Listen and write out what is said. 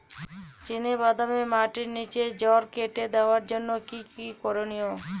চিনা বাদামে মাটির নিচে জড় কেটে দেওয়ার জন্য কি কী করনীয়?